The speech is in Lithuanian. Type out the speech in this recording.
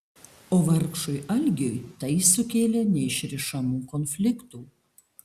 o vargšui algiui tai sukėlė neišrišamų konfliktų